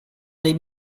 dei